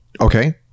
Okay